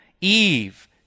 Eve